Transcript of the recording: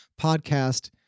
podcast